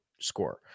score